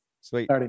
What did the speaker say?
Sweet